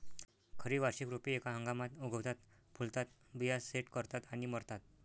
खरी वार्षिक रोपे एका हंगामात उगवतात, फुलतात, बिया सेट करतात आणि मरतात